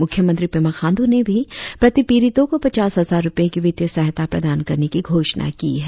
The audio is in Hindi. मुख्यमंत्री पेमा खांडू ने भी प्रति पिड़ितों को पचास हजार रुपए की वित्तीय सहायता प्रदान करने की घोषणा की है